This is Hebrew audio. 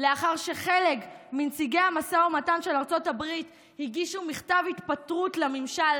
לאחר שחלק מנציגי המשא ומתן של ארצות הברית הגישו מכתב התפטרות לממשל,